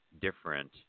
different